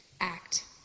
act